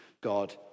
God